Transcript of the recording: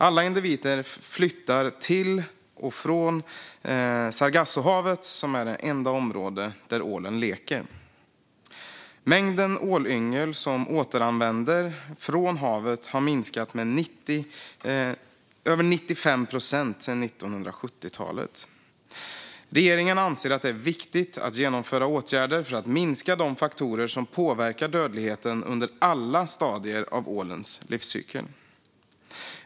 Alla individer flyttar till och från Sargassohavet, som är det enda område där ålen leker. Mängden ålyngel som återvänder från Sargassohavet har minskat med över 95 procent sedan 1970-talet. Regeringen anser att det är viktigt att genomföra åtgärder för att minska de faktorer som påverkar dödligheten under alla stadier i ålens livscykel.